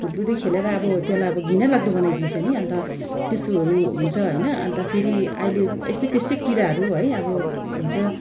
भुतभुते खेलेर अब त्यसलाई अब घिन लाग्दो बनाइदिन्छ नि अन्त त्यस्तोहरू हुन्छ होइन अन्त फेरि अहिले यस्तै त्यस्तै कीराहरू है अब हुन्छ